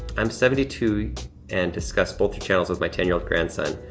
i'm seventy two and discuss both your channels with my ten year old grandson.